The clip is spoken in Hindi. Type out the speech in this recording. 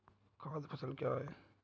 खाद्य फसल क्या है?